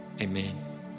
Amen